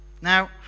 Now